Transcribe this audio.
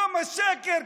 כמה שקר,